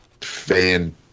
fan